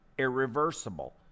Irreversible